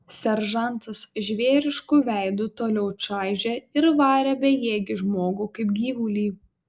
seržantas žvėrišku veidu toliau čaižė ir varė bejėgį žmogų kaip gyvulį